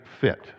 fit